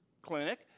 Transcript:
clinic